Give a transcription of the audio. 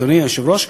אדוני היושב-ראש,